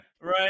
Right